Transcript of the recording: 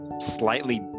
slightly